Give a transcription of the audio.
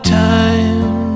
time